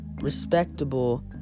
respectable